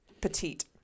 petite